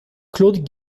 claude